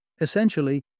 Essentially